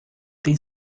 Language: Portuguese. tem